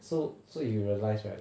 so so you realise right